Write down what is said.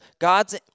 God's